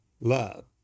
love